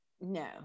No